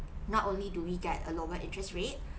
not only do we get a lower interest rate